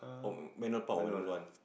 or manual